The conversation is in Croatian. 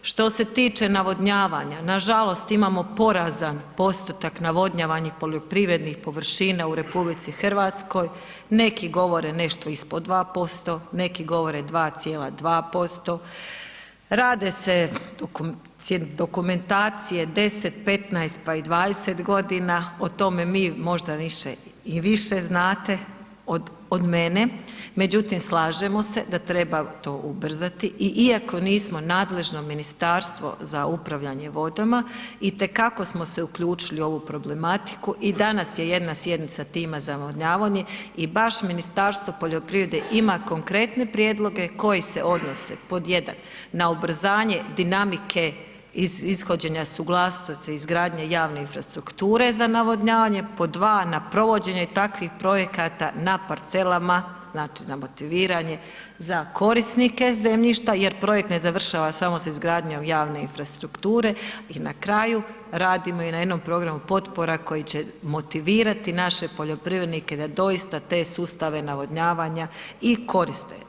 Što se tiče navodnjavanja, nažalost, imamo porazan postotak navodnjavanih poljoprivrednih površina u RH, neki govore nešto ispod 2%, neki govore 2,2%, rade se dokumentacije 10, 15, pa i 20.g., o tome mi, možda vi i više znate od mene, međutim, slažemo se da treba to ubrzati i iako nismo nadležno Ministarstvo za upravljanje vodama, itekako smo se uključili u ovu problematiku i danas je jedna sjednica time za navodnjavanje i baš Ministarstvo poljoprivrede ima konkretne prijedloge koji se odnose pod 1. na ubrzanje dinamike i ishođenja suglasnosti izgradnje javne infrastrukture za navodnjavanje, pod 2. na provođenje takvih projekata na parcelama, znači na motiviranje za korisnike zemljišta jer projekt ne završava samo sa izgradnjom javne infrastrukture i na kraju, radimo i na jednom programu potpora koji će motivirati naše poljoprivrednike da doista te sustave navodnjavanja i koriste.